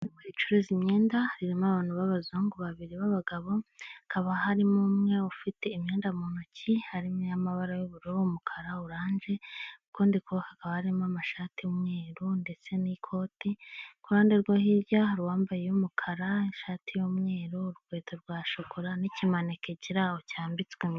Iduka ricuruza imyenda ririmo abantu b'abazungu babiri b'abagabo, hakaba harimo umwe ufite imyenda mu ntoki harimo iy'amabara y'ubururu n'umukara, orange kandi hakaba harimo amashati y'umweru ndetse n'ikoti, ku ruhande rwe hirya hari uwambaye iy'umukara ishati y'umweru, urukweto rwa shokora n'kimaneke kiri aho cyambitswe....